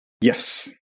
Yes